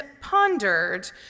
pondered